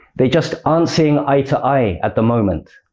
they just aren't seeing eye-to-eye at the moment